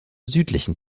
südlichen